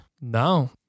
No